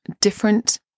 different